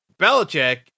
Belichick